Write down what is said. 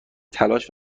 تلاش